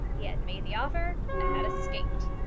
he had made the offer, and had escaped.